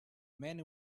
many